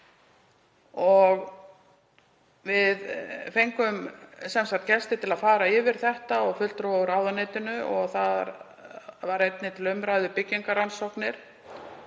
Við fengum gesti til að fara yfir þetta og fulltrúa úr ráðuneytinu og þar voru einnig til umræðu byggingarrannsóknir